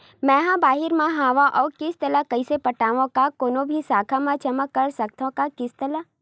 मैं हा बाहिर मा हाव आऊ किस्त ला कइसे पटावव, का कोनो भी शाखा मा जमा कर सकथव का किस्त ला?